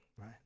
right